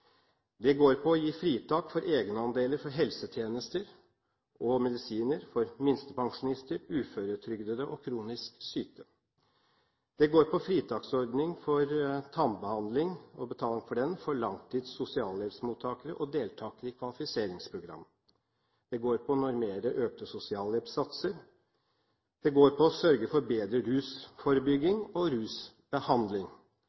Det går på å gi fritak for egenandeler for helsetjenester og medisiner for minstepensjonister, uføretrygdede og kronisk syke. Det går på fritaksordning for betaling for tannbehandling for langtidssosialmottakere og deltakere i kvalifiseringsprogrammer. Det går på å normere økte sosialhjelpssatser, og det går på å sørge for bedre